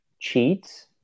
cheats